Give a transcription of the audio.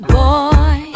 boy